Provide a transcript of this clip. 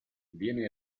viene